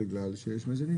בגלל שיש יותר מאזינים.